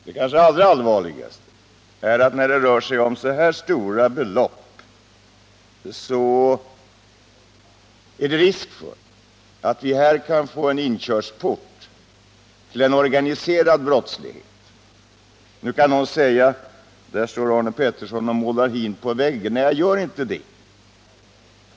Det kanske allra allvarligaste är att det, när det nu rör sig om så stora belopp, finns risk för att vi här får en inkörsport till organiserad brottslighet. Nu kan någon säga: Där står Arne Pettersson och målar hin på väggen. Men jag gör inte det.